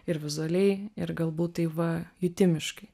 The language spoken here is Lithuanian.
ir vizualiai ir galbūt tai va jutimiškai